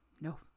No